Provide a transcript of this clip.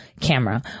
camera